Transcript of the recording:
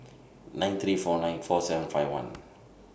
nine three four nine four seven five one